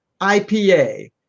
IPA